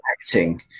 acting